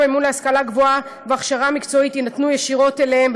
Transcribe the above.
במימון השכלה גבוהה והכשרה מקצועית יינתנו ישירות להם,